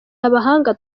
abahanga